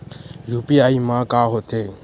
UPI मा का होथे?